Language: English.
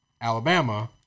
Alabama